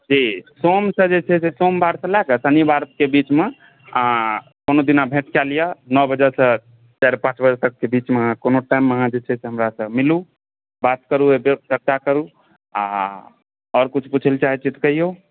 जी form जे छै से फॉर्म सोमवारसँ लए कऽ आ शनिवारके बीचमे आ कोनो दिना भेट कए लिअ नओ बजेसँ चारि पाँच बजे तकके बीचमे कोनो टाइममे अहाँ जे छै से हमरासँ मिलु बात करु एहिपर चर्चा करु आ आओर किछु पुछै ला चाहै छी तऽ कहिऔ